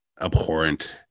abhorrent